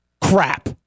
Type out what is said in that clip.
Crap